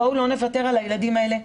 בואו לא נוותר על הילדים האלה,